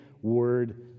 word